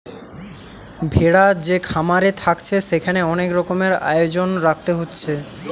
ভেড়া যে খামারে থাকছে সেখানে অনেক রকমের আয়োজন রাখতে হচ্ছে